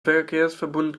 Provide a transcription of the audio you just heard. verkehrsverbund